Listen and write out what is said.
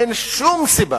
אין שום סיבה,